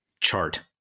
chart